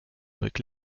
avec